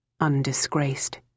undisgraced